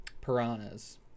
Piranhas